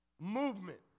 movement